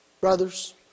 Brothers